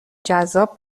جذاب